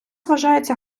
вважається